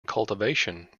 cultivation